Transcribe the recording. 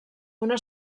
una